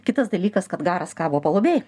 kitas dalykas kad garas kabo palubėj